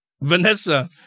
Vanessa